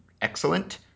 excellent